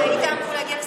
אתה היית אמור להגיע עם